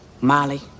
Molly